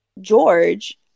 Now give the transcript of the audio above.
George